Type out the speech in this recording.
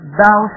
thou